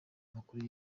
amakuru